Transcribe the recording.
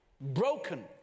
Broken